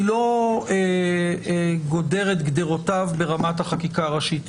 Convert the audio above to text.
אני לא גודר את גדרותיו ברמת החקיקה הראשית.